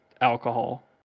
alcohol